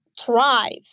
thrive